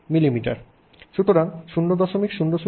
সুতরাং 0001 মিলিমিটার ধরা যাক